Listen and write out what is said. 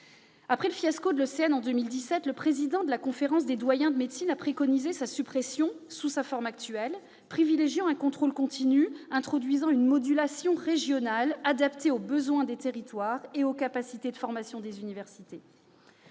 Après le fiasco des ECN en 2017, le président de la Conférence des doyens de médecine a préconisé leur suppression sous leur forme actuelle, pour privilégier le contrôle continu avec une modulation régionale adaptée aux besoins des territoires et aux capacités de formation des universités.